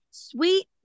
sweet